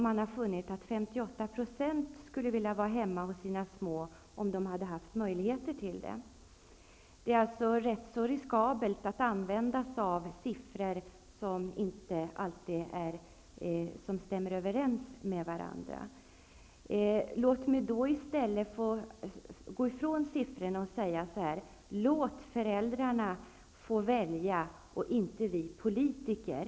Man fann då att 58 % skulle vilja vara hemma med sina små barn om de hade haft möjlighet till det. Det är alltså rätt riskabelt att använda sig av siffror som inte alltid stämmer överens. Låt mig gå ifrån siffrorna. Föräldrarna måste få välja, inte vi politiker.